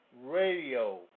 Radio